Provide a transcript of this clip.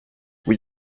oui